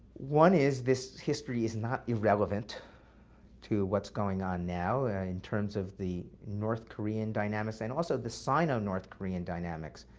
one is, this history is not irrelevant to what's going on now in terms of the north korean dynamics and also the sino-north korean dynamics.